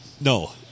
No